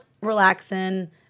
relaxing